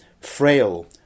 Frail